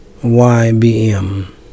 YBM